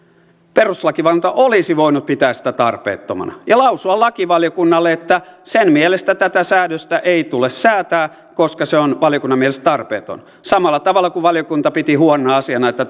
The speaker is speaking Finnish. perustuslakivaliokunta olisi voinut pitää sitä tarpeettomana ja lausua lakivaliokunnalle että sen mielestä tätä säädöstä ei tule säätää koska se on valiokunnan mielestä tarpeeton samalla tavalla kuin valiokunta piti huonona asiana että